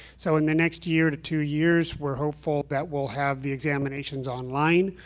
so in the next year to two years, we're hopeful that we'll have the examinations online,